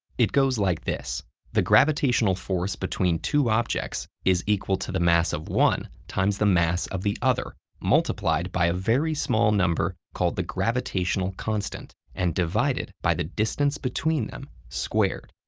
it goes like this the gravitational force between two objects is equal to the mass of one times the mass of the other, multiplied by a very small number called the gravitational constant, and divided by the distance between them, squared.